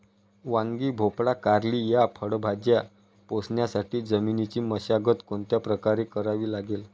वांगी, भोपळा, कारली या फळभाज्या पोसण्यासाठी जमिनीची मशागत कोणत्या प्रकारे करावी लागेल?